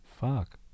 Fuck